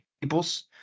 peoples